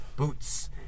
Boots